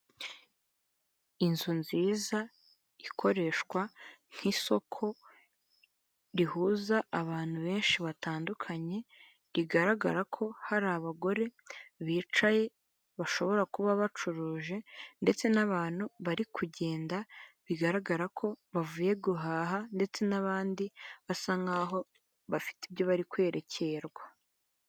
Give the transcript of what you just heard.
Inzu nziza ikoreshwa nk'isoko rihuza abantu benshi batandukanye, rigaragara ko hari abagore bicaye bashobora kuba bacuruje ndetse n'abantu bari kugenda bigaragara ko bavuye guhaha ndetse n'abandi basa nkaho bafite ibyo bari kwerekerwa.